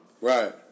Right